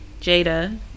Jada